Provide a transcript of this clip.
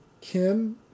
Kim